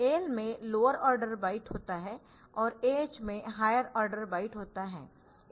AL में lower order byte होता है और AH में हायर ऑर्डर बाइट होता है